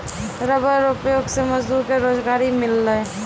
rubber रो उपयोग से मजदूर के रोजगारी मिललै